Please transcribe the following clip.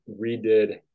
redid